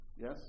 yes